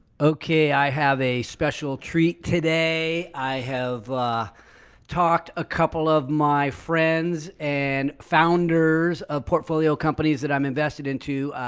okay, i have a special treat today. i have talked a couple of my friends and founders of portfolio companies that i'm invested into,